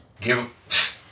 Give